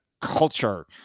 culture